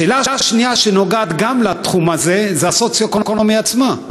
השאלה השנייה שנוגעת גם לתחום הזה היא המדד הסוציו-אקונומי עצמו.